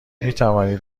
میتوانید